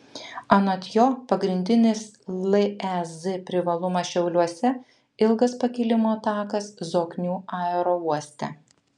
anot jo pagrindinis lez privalumas šiauliuose ilgas pakilimo takas zoknių aerouoste